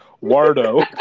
Wardo